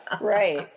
Right